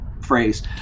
phrase